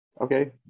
okay